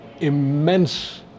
immense